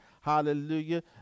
hallelujah